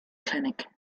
clinic